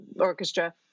orchestra